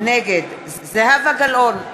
נגד זהבה גלאון,